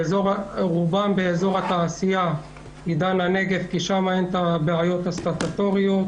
רובם באזור התעשייה עידן הנגב כי שם אין את הבעיות הסטטוטוריות.